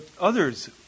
others